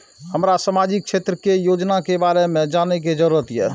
हमरा सामाजिक क्षेत्र के योजना के बारे में जानय के जरुरत ये?